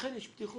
ולכן יש פתיחות